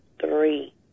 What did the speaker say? three